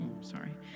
sorry